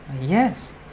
Yes